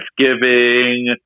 Thanksgiving